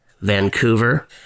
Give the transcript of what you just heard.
Vancouver